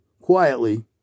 quietly